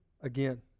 again